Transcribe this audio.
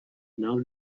now